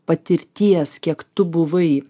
patirties kiek tu buvai